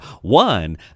one